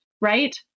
right